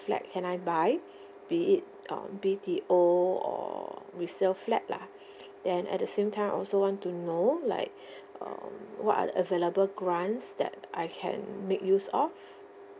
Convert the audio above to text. flat can I buy be it uh B_T_O or resale flat lah then at the same time I also want to know like um what are the available grants that I can make use of